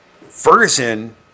Ferguson